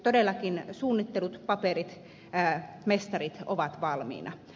todellakin suunnittelu paperit mestarit ovat valmiina